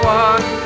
one